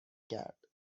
کرد